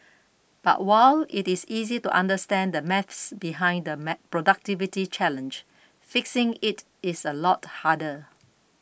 but while it is easy to understand the maths behind the productivity challenge fixing it is a lot harder